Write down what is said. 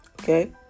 Okay